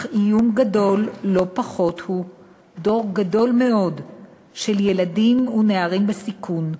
אך איום גדול לא פחות הוא דור גדול מאוד של ילדים ונערים בסיכון,